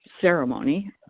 ceremony